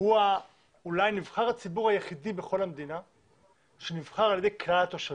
הוא אולי נבחר הציבור היחידי בכל המדינה שנבחר על ידי כלל התושבים.